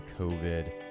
COVID